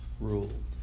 ruled